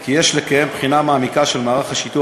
כי יש לקיים בחינה מעמיקה של מערך השיטור